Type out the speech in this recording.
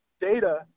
data